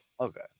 okay